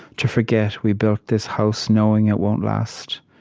to forget we built this house knowing it won't last.